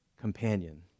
companion